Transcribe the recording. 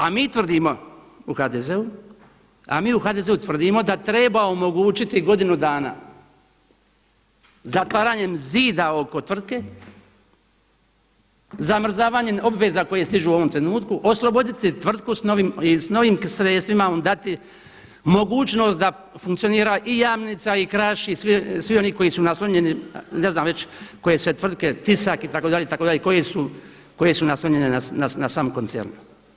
A mi tvrdimo u HDZ-u, a mi u HDZ-u tvrdimo da treba omogućiti godinu dana zatvaranjem zida oko tvrtke, zamrzavanjem obveza koje stižu u ovom trenutku, osloboditi tvrtku sa novim i s novim sredstvima vam dati mogućnost da funkcionira i Jamnica i Kraš i svi oni koji su naslonjeni i ne znam već koje sve tvrtke tisak, itd., itd., koje su naslonjene na sam koncern.